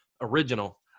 original